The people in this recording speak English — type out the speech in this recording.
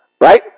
Right